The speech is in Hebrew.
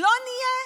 לא יהיה.